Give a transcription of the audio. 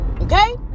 Okay